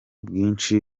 bwinshi